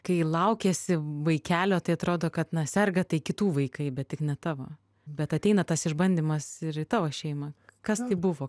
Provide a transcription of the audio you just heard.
kai laukiesi vaikelio tai atrodo kad na serga tai kitų vaikai bet tik ne tavo bet ateina tas išbandymas ir į tavo šeimą kas tai buvo